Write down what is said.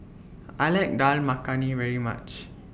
I like Dal Makhani very much